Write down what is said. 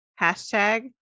hashtag